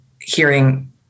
hearing